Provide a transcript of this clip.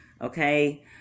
Okay